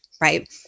right